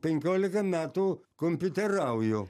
penkiolika metų kompiuterauju